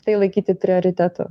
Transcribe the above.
tai laikyti prioritetu